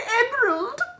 emerald